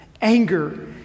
Anger